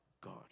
God